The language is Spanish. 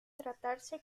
tratarse